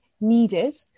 Needed